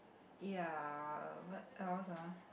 ya what else ah